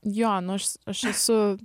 jo nu aš aš esu